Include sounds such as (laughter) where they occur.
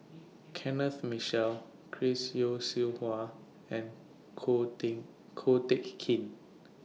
Kenneth Mitchell Chris Yeo Siew Hua and Ko (unintelligible) Ko Teck Kin